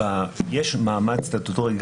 יש מעמד סטטוטורי.